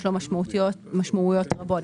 יש לו משמעויות רבות,